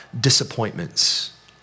disappointments